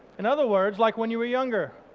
in other words, like when you were younger,